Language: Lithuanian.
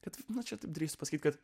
kad nu čia drįs pasakyti kad